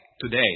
today